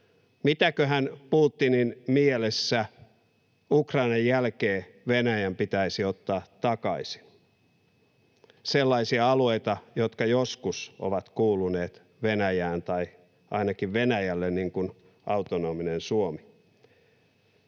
Mitäköhän Putinin mielessä Ukrainan jälkeen Venäjän pitäisi ottaa takaisin? Sellaisia alueita, jotka joskus ovat kuuluneet Venäjään tai ainakin Venäjälle, niin kuin autonominen Suomi.